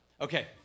Okay